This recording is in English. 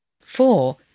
Four